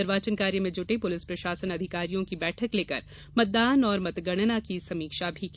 निर्वाचन कार्य में जुटे पुलिस प्रशासन अधिकारियों की बैठक लेकर मतदान और मतगणना की समीक्षा की